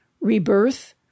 rebirth